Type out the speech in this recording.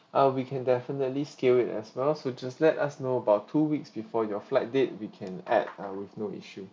uh we can definitely scale it as well so just let us know about two weeks before your flight date we can add uh with no issue